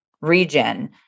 region